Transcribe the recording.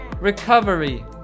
recovery